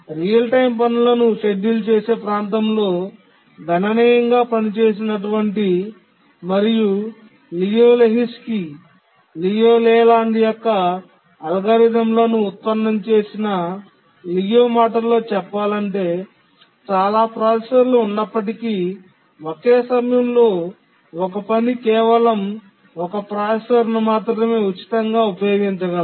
real time పనులను schedule చేసే ప్రాంతంలో గణనీయంగా పనిచేసినటువంటి మరియు లియు లెహోజ్కీLiu Lehoczky's Liu Layland Liu Layland's యొక్క అల్గోరిథంలను ఉత్పన్నం చేసిన లియు మాటల్లో చెప్పాలంటే చాలా ప్రాసెసర్లు ఉన్నప్పటికీ ఓకే సమయంలో ఒక పని కేవలం 1 ప్రాసెసర్ను మాత్రమే ఉచితంగా ఉపయోగించగలదు